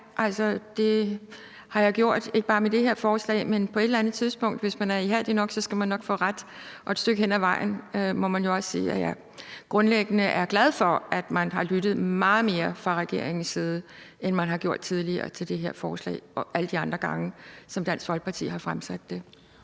det har jeg gjort, ikke bare med det her forslag. Men på et eller andet tidspunkt, hvis man er ihærdig nok, skal man nok få ret, og et stykke hen ad vejen må man jo også sige, at jeg grundlæggende er glad for, at man har lyttet meget mere fra regeringens side til det her forslag, end man har gjort tidligere og alle de andre gange, hvor Dansk Folkeparti har fremsat det.